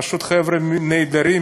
פשוט חבר'ה נהדרים,